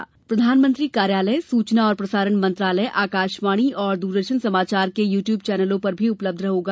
यह कार्यक्रम प्रधानमंत्री कार्यालय सूचना और प्रसारण मंत्रालय आकाशवाणी और दूरदर्शन समाचार के यू ट्यूब चैनलों पर भी उपलब्ध होगा